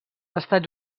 estats